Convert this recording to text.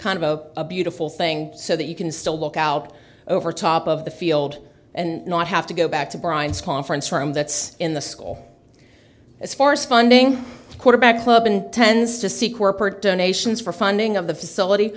kind of a beautiful thing so that you can still look out over top of the field and not have to go back to brian's conference room that's in the school as for spawning quarterback club intends to see corporate donations for funding of the facility